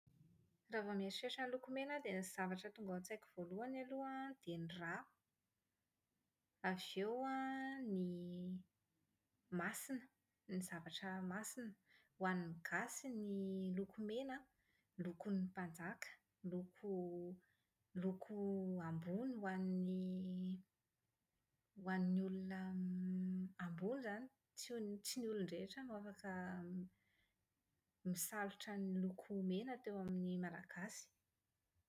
Raha vao mieritreritra ny loko mena aho dia ny zavatra tonga ao an-tsaiko voalohany aloha an, dia ny ra. Avy eo an, ny masina. Ny zavatra masina. Ho an'ny gasy ny loko mena lokon'ny mpanjaka. Loko ambony ho an'ny olona ambony izany, tsy- tsy ny olon-drehetra no afaka misalotra ny loko mena teo amin'ny malagasy.